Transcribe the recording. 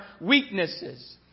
weaknesses